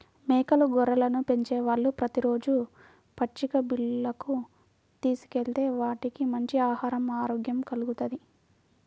మేకలు, గొర్రెలను పెంచేవాళ్ళు ప్రతి రోజూ పచ్చిక బీల్లకు తీసుకెళ్తే వాటికి మంచి ఆహరం, ఆరోగ్యం కల్గుతాయి